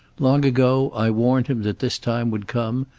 long ago i warned him that this time would come.